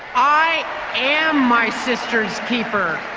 i am my sister's keeper.